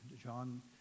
John